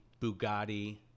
Bugatti